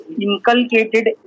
inculcated